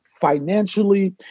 financially